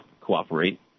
cooperate